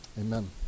Amen